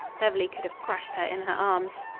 beverly could have crushed her in her arms.